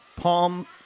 Palm